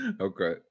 Okay